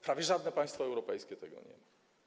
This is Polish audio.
Prawie żadne państwo europejskie tego nie ma.